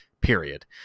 Period